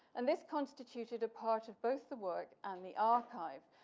and this constituted a part of both the work and the archive.